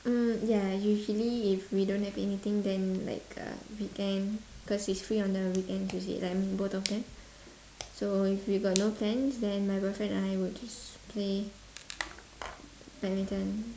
uh ya usually if we don't have anything then like uh weekend cause it's free on the weekend visit like both of them so if we got no plans then my boyfriend and I would just play badminton